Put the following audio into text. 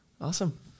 Awesome